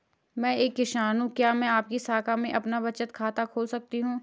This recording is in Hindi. मैं एक किसान हूँ क्या मैं आपकी शाखा में अपना बचत खाता खोल सकती हूँ?